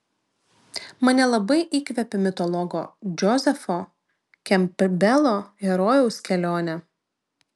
mane labai įkvepia mitologo džozefo kempbelo herojaus kelionė